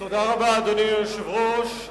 תודה רבה, אדוני היושב-ראש.